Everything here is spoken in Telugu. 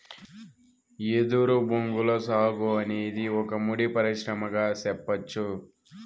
ఎదురు బొంగుల సాగు అనేది ఒక ముడి పరిశ్రమగా సెప్పచ్చు